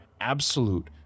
absolute